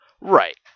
Right